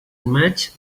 maig